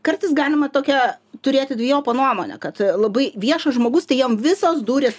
kartais galima tokią turėti dvejopą nuomonę kad labai viešas žmogus tai jam visos durys